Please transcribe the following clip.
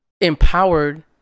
Empowered